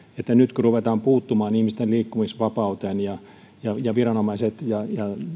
että nyt kun ruvetaan puuttumaan ihmisten liikkumisvapauteen viranomaiset ja